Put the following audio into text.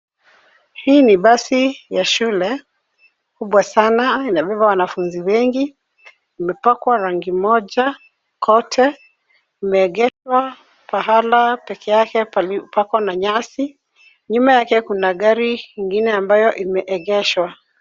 Hii ni basi ya shule kubwa sana inabeba wanafunzi wengi imepakwa rangi moja kote imeegeshwa pahala peke yake pako na nyasi. Nyuma yake kuna gari ingine ambayo imeegeshwa.